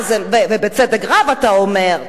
ובצדק רב אתה אומר,